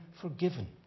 forgiven